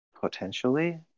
potentially